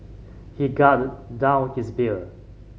he gulped down his beer